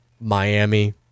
Miami